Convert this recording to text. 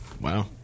Wow